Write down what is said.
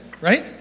right